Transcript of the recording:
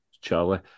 Charlie